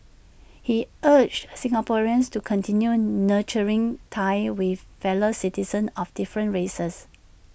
he urged Singaporeans to continue nurturing ties with fellow citizens of different races